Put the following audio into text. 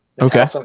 Okay